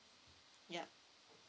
yup